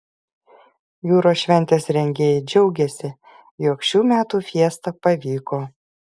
jūros šventės rengėjai džiaugiasi jog šių metų fiesta pavyko